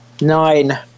Nine